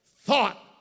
thought